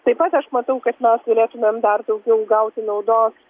taip pat aš matau kad mes turėtumėm dar daugiau gauti naudos